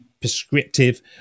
prescriptive